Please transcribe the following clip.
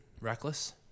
reckless